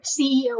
CEO